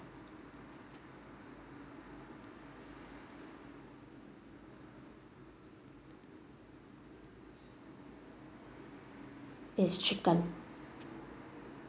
it's chicken yup